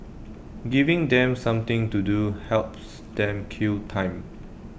giving them something to do helps them kill time